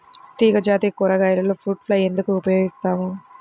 తీగజాతి కూరగాయలలో fruit fly ఎందుకు ఉపయోగిస్తాము?